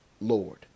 Lord